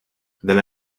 then